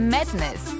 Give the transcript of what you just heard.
Madness